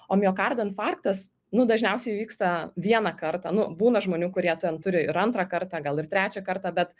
o miokardo infarktas nu dažniausiai įvyksta vieną kartą nu būna žmonių kurie ten turi ir antrą kartą gal ir trečią kartą bet